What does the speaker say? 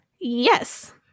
Yes